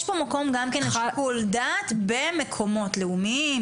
יש פה מקום גם כן לשיקול דעת במקומות לאומיים,